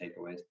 takeaways